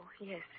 yes